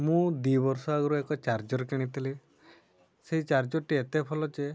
ମୁଁ ଦୁଇ ବର୍ଷ ଆଗରୁ ଏକ ଚାର୍ଜର୍ କିଣିଥିଲି ସେଇ ଚାର୍ଜର୍ଟି ଏତେ ଭଲ ଯେ